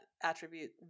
attribute